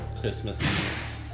Christmas